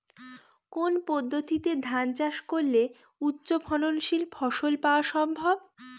কোন পদ্ধতিতে ধান চাষ করলে উচ্চফলনশীল ফসল পাওয়া সম্ভব?